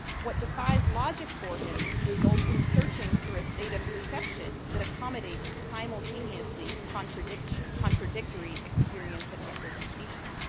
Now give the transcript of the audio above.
what defies logic for him results in searching for a state of perception that accommodates simultaneously contradictory contradictory experience and representation.